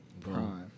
prime